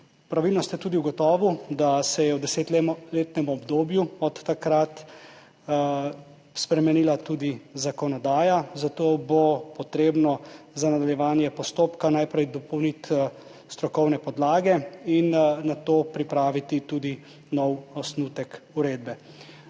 Pravilno ste tudi ugotovili, da se je v desetletnem obdobju od takrat spremenila tudi zakonodaja, zato bo potrebno za nadaljevanje postopka najprej dopolniti strokovne podlage in nato pripraviti tudi nov osnutek uredbe.